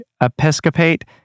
Episcopate